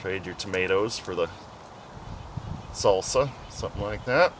trade your tomatoes for the salsa something like that